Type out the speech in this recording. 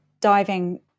diving